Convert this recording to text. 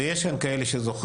ובטח יש כאן כאלה שזוכרים,